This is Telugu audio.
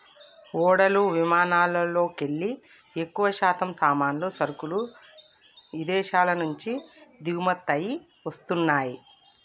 ఓడలు విమానాలల్లోకెల్లి ఎక్కువశాతం సామాన్లు, సరుకులు ఇదేశాల నుంచి దిగుమతయ్యి వస్తన్నయ్యి